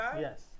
Yes